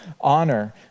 honor